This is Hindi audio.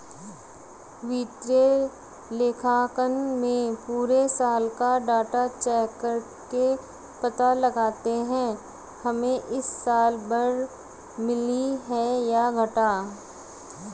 वित्तीय लेखांकन में पुरे साल का डाटा चेक करके पता लगाते है हमे इस साल बढ़त मिली है या घाटा